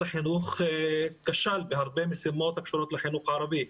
החינוך כשל בהרבה משימות שקשורות לחינוך הערבי.